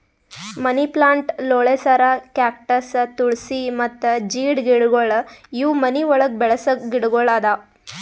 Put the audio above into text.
ಮನಿ plant, ಲೋಳೆಸರ, cactus, ತುಳ್ಸಿ ಮತ್ತ ಜೀಡ್ ಗಿಡಗೊಳ್ ಇವು ಮನಿ ಒಳಗ್ ಬೆಳಸ ಗಿಡಗೊಳ್ ಅವಾ